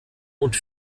und